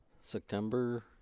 September